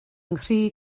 nghri